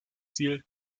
ziel